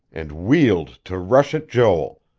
and wheeled to rush at joel.